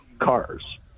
cars